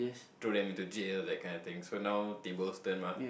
drop them into jail that kind of things so now table turns mah